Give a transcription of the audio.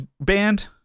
band